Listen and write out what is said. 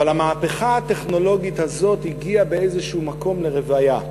אבל המהפכה הטכנולוגית הזאת הגיעה באיזה מקום לרוויה,